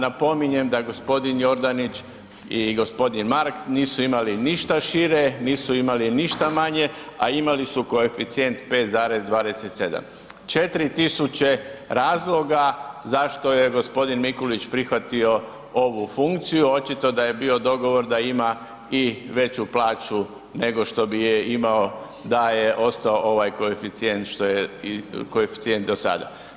Napominjem da g. Jordanić i g. Markt nisu imali ništa šire, nisu imali ništa manje, a imali su koeficijent 5,27. 4 tisuće razloga zašto je g. Mikulić prihvatio ovu funkciju, očito da je bio dogovor da ima i veću plaću nego što bi je imao da je ostao ovaj koeficijent što je koeficijent do sada.